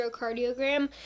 electrocardiogram